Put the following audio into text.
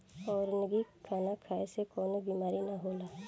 organic खाना खाए से कवनो बीमारी ना होला